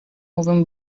moving